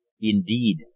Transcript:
Indeed